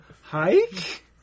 Hike